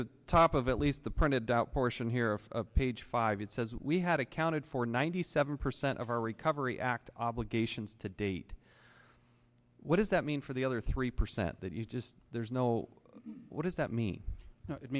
the top of at least the printed out portion here of page five it says we had accounted for ninety seven percent of our recovery act obligations to date what does that mean for the other three percent that you just there's no what does that mean